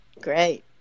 Great